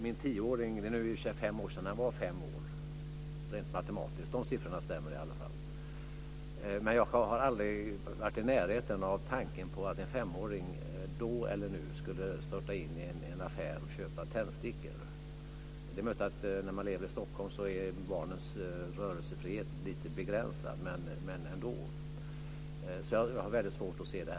Rent matematiskt är det i och för sig fem år sedan min tioåring var fem år - de siffrorna stämmer i alla fall - men jag har aldrig varit i närheten av tanken på att en femåring, då eller nu, skulle störta in i en affär och köpa tändstickor. Det är möjligt att barnens rörelsefrihet är lite begränsad när man lever i Stockholm, men ändå! Jag har alltså väldigt svårt att se detta.